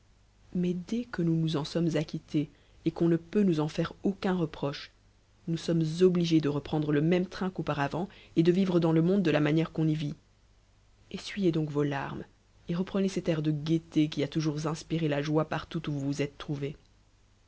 mais dès que nous nous en sommes acquittés et qu'on ne peut nous en faire aucun reproche nous sommes obligés de reprendre le même traiu qu'auparavant et de vivre dans le mondedela manière qu'on y vit essuyez donc vos larmes et reprenez cet air de gaieté qui a toujours inspiré la joie partout où vous vous êtes trouvé